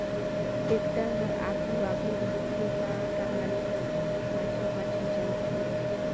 tractor हर आघु आघु रहथे ता टराली हर ओकर पाछू पाछु चलथे